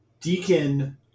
Deacon